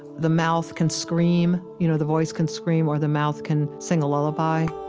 the mouth can scream, you know, the voice can scream or the mouth can sing a lullaby,